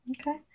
Okay